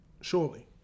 Surely